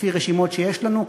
לפי רשימות שיש לנו,